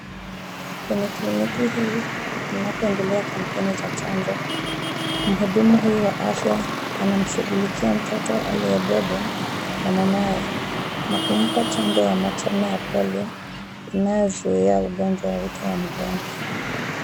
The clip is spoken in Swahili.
Kwenye kliniki hii kunapoendelea kampeni za chanjo, mhudumu wa afya anamshughulikia mtoto aliyebebwa na mamaye na kumpa chanjo ya matone ya polio inayozuia ugonjwa wa uti wa mgongo.